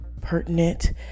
pertinent